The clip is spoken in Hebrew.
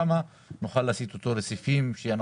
נוכל להסיט אותו לסעיפים בהם